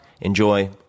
Enjoy